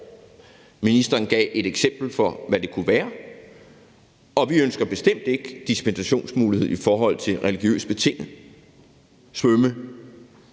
Ministeren gav et eksempel på, hvad det kunne være, og vi ønsker bestemt ikke en dispensationsmulighed i forhold til religiøst betinget